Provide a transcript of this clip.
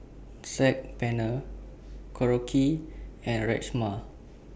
Saag Paneer Korokke and Rajma